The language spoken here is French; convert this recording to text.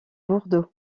bordeaux